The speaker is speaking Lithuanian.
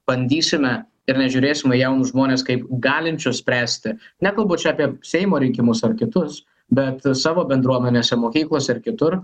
bandysime ir nežiūrėsim į jaunus žmones kaip galinčius spręsti nekalbu čia apie seimo rinkimus ar kitus bet savo bendruomenėse mokyklose ar kitur